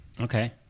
okay